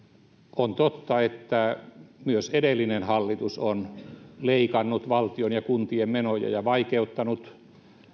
on totta että myös edellinen hallitus on leikannut valtion ja kuntien menoja ja vaikeuttanut